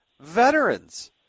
veterans